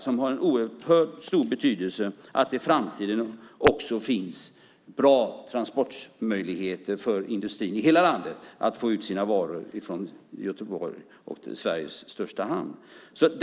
Det har en oerhört stor betydelse att det i framtiden också finns bra transportmöjligheter för industrin i hela landet att få ut sina varor från Sveriges största hamn i Göteborg.